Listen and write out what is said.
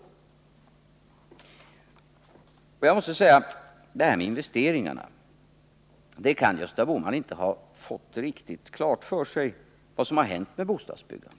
Jag måste när det gäller investeringarna säga att Gösta Bohman inte riktigt har fått klart för sig vad som har hänt med bostadsbyggandet.